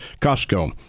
Costco